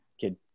Kid